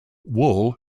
wool